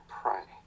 pray